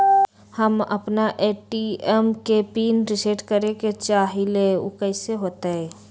हम अपना ए.टी.एम के पिन रिसेट करे के चाहईले उ कईसे होतई?